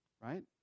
right